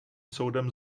soudem